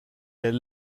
elle